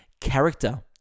Character